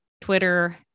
Twitter